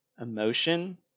emotion